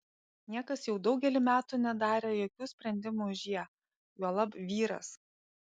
niekas jau daugelį metų nedarė jokių sprendimų už ją juolab vyras